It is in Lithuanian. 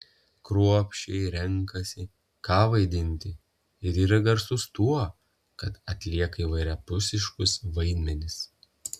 kruopščiai renkasi ką vaidinti ir yra garsus tuo kad atlieka įvairiapusiškus vaidmenis